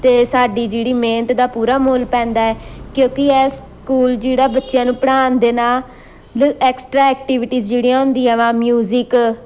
ਅਤੇ ਸਾਡੀ ਜਿਹੜੀ ਮਿਹਨਤ ਦਾ ਪੂਰਾ ਮੁੱਲ ਪੈਂਦਾ ਹੈ ਕਿਉਂਕਿ ਇਹ ਸਕੂਲ ਜਿਹੜਾ ਬੱਚਿਆਂ ਨੂੰ ਪੜ੍ਹਾਉਣ ਦੇ ਨਾਲ ਐਕਸਟਰਾ ਐਕਟੀਵਿਟੀਸ ਜਿਹੜੀਆਂ ਹੁੰਦੀਆਂ ਵਾ ਮਿਊਜ਼ਿਕ